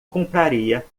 compraria